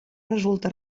resulta